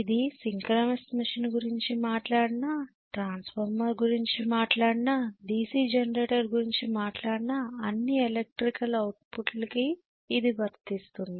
ఇది synchronous machine గురించి మాట్లాడినా ట్రాన్స్ఫార్మర్ గురించి మాట్లాడినా DC జనరేటర్ గురించి మాట్లాడినా అన్ని ఎలక్ట్రికల్ అవుట్పుట్లకి ఇది వర్తిస్తుంది